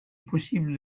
possible